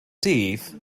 dydd